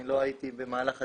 אני לא הייתי במהלך הדיון,